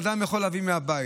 אדם יכול להביא מהבית,